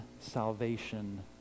salvation